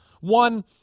one